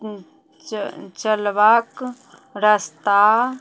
च चलबाक रस्ता